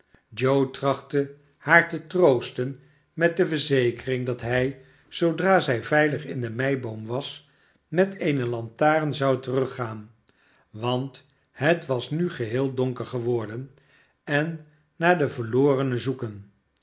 trachtte haar te troosten met de verzekering dat hij zoodra zij veilig inde meiboom was met eene lantaren zou teruggaan want het was nu geheel donker geworden en naar het verlorene zoeken